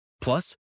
Plus